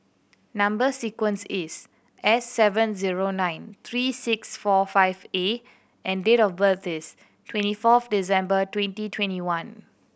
number sequence is S seven zero nine three six four five A and date of birth is twenty fourth December twenty twenty one